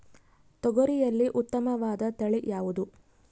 ತೊಗರಿಯಲ್ಲಿ ಉತ್ತಮವಾದ ತಳಿ ಯಾವುದು?